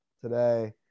today